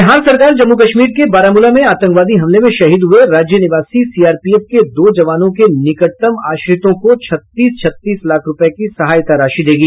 बिहार सरकार जम्मू कश्मीर के बारामूला में आतंकवादी हमले में शहीद हुए राज्य निवासी सीआरपीएफ के दो जवानों के निकटतम आश्रितों को छत्तीस छत्तीस लाख रूपये की सहायता राशि देगी